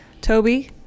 toby